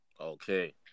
okay